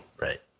Right